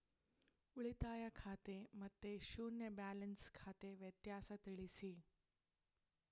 ಉಳಿತಾಯ ಖಾತೆ ಮತ್ತೆ ಶೂನ್ಯ ಬ್ಯಾಲೆನ್ಸ್ ಖಾತೆ ವ್ಯತ್ಯಾಸ ತಿಳಿಸಿ?